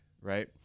right